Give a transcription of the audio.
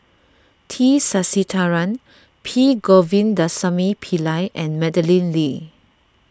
T Sasitharan P Govindasamy Pillai and Madeleine Lee